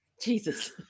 Jesus